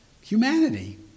Humanity